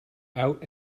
out